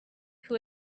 who